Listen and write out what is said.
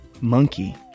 Monkey